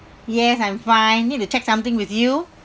yes I'm fine need to check something with you